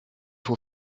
faut